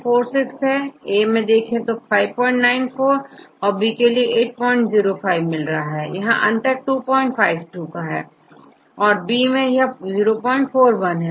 यदि आपA देखें तो यहां594 औरB80 5यहां पर अंतर 252 का है और B मैं यह041 का है